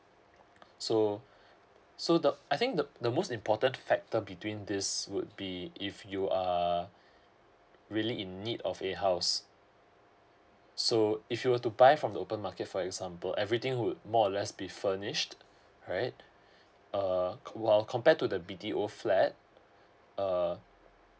so so the I think the the most important factor between this would be if you uh really in need of a house so if you were to buy from the open market for example everything would more or less be furnished right uh while compared to the b t o flat err